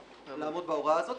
משמעותי לעמוד בהוראה הזאת.